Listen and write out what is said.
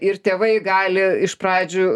ir tėvai gali iš pradžių